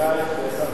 לסדר-היום.